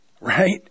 right